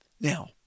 Now